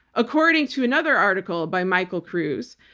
according to another article by michael kruse,